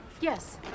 Yes